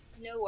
No